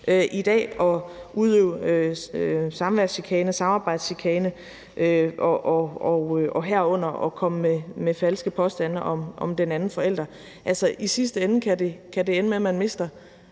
i dag at udøve samværschikane og samarbejdschikane, herunder at komme med falske påstande om den anden forælder. I sidste ende kan det ende med, at man mister